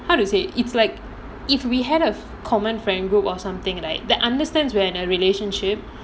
how to say it's like if we had a common friend group or something like that understands we are in a relationship